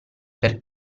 per